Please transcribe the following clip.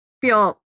feel